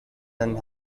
and